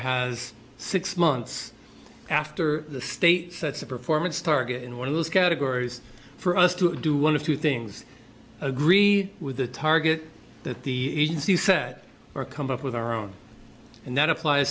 has six months after the state sets a performance target in one of those categories for us to do one of two things agree with the target that the agency set or come up with our own and that appl